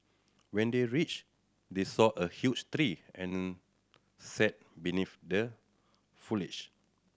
when they reached they saw a huge tree and sat beneath the foliage